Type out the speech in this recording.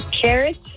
Carrots